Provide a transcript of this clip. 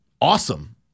awesome